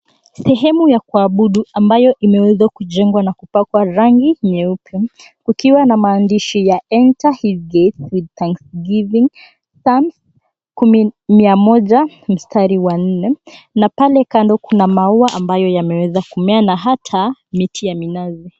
Sehemu ya kuabudu ambayo imeweza kujengwa na kupakwa rangi nyeupe, kukiwa na maandishi ya Enter his gates with thanksgiving Psalms kumi 100:4, na pale kando kuna maua ambayo yameweza kumea na hata, miti ya minazi.